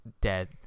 dead